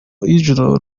izzo